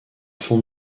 fond